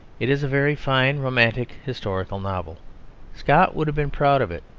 it is a very fine romantic historical novel scott would have been proud of it.